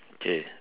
okay